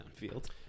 downfield